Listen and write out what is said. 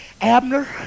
Abner